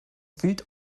wild